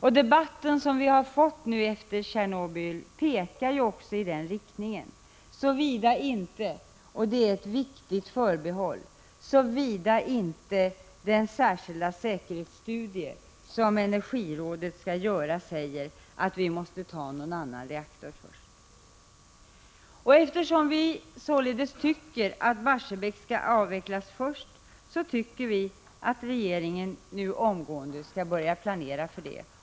Den debatt som vi har fått efter Tjernobyl pekar också i den riktningen. Ett viktigt förbehåll är dock: såvida inte den särskilda säkerhetsstudie som Energirådet skall göra säger att vi måste ta någon annan reaktor först. Eftersom vi således tycker att Barsebäck skall avvecklas först, tycker vi att regeringen omgående skall börja planera för detta.